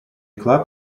club